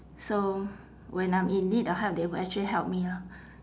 so when I'm in need of help they will actually help me lah